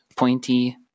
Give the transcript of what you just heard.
Pointy